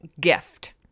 gift